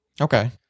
Okay